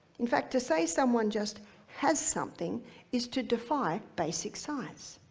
in fact, to say someone just has something is to defy basic science.